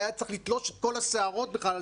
שהיה צריך לתלוש את כל השערות בכלל,